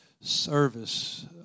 service